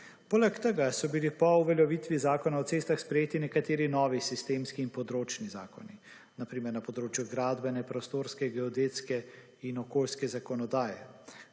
Poleg tega so bili po uveljavitvi Zakona o cestah sprejeti nekateri novi sistemski in področni zakoni, na primer na področni gradbene, prostorske, geodetske in okoljske zakonodaje.